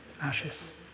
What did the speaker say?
ashes